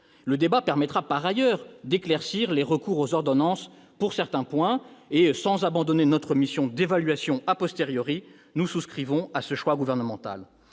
Le débat permettra par ailleurs d'éclaircir les recours aux ordonnances sur certains points. Sans abandonner notre mission d'évaluation, nous souscrivons à ce choix gouvernemental.